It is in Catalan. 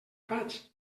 faig